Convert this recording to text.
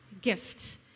gift